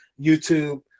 YouTube